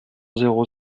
zéro